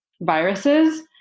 viruses